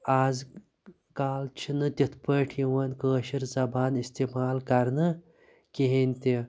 آز کل چھِنہٕ تِتھ پٲٹھۍ یِوان کٲشِر زَبان اِستِعمال کَرنہٕ کہینۍ تہِ